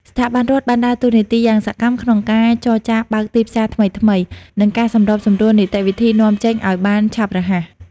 ស្ថាប័នរដ្ឋបានដើរតួនាទីយ៉ាងសកម្មក្នុងការចរចាបើកទីផ្សារថ្មីៗ និងការសម្របសម្រួលនីតិវិធីនាំចេញឱ្យបានឆាប់រហ័ស។